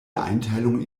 einteilung